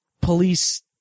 police